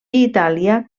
itàlia